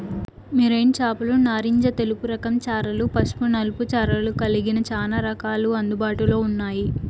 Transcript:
marine చేపలు నారింజ తెలుపు రకం చారలు, పసుపు నలుపు చారలు కలిగిన చానా రకాలు అందుబాటులో ఉన్నాయి